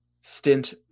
stint